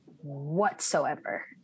Whatsoever